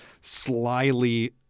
slyly